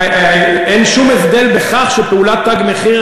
אין שום הבדל בכך שפעולת "תג מחיר",